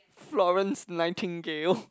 Florence Nightingale